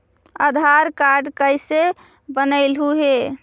आधार card कईसे बनैलहु हे?